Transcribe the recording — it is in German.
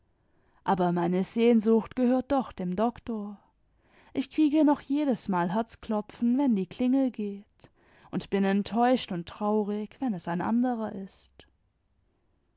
aber meine sehnsucht gehört doch dem doktor ich kriege noch jedesmal herzklopfen wenn die klingel geht und bin eittäusdit und traurig wenn es ein anderer ist